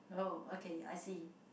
oh okay I see